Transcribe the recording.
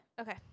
Okay